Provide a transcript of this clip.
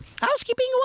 Housekeeping